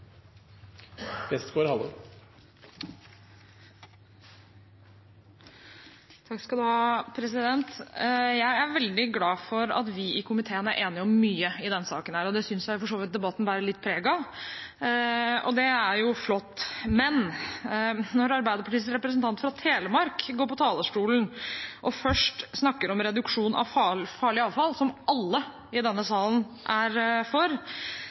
veldig glad for at vi i komiteen er enige om mye i denne saken, og det synes jeg for så vidt debatten bærer litt preg av. Det er flott. Men når Arbeiderpartiets representant fra Telemark går på talerstolen og først snakker om reduksjon av farlig avfall, som alle i denne salen er for,